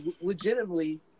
legitimately